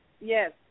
Yes